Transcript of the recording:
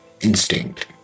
instinct